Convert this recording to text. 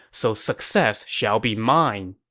so success shall be mine!